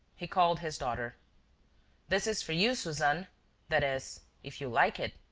he called his daughter this is for you, suzanne that is, if you like it.